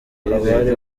bari